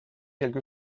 quelque